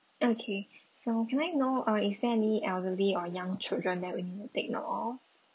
okay so can I know uh is there any elderly or young children that we need to take note of